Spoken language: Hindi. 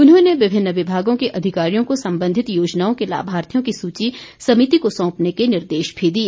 उन्होंने विभिन्न विभागों के अधिकारियों को संबंधित योजनाओं के लाभार्थियों की सूची समिति को सौंपने के निर्देश भी दिए